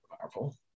powerful